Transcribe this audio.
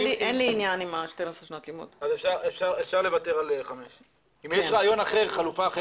אם יש רעיון לחלופה,